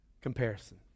comparison